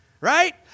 Right